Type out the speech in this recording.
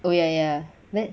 oh ya ya